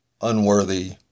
unworthy